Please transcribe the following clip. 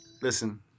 listen